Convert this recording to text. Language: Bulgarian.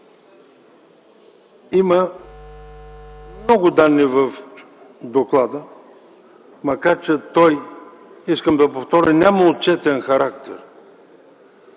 Има много данни в доклада, макар че той, искам да повторя, няма отчетен характер.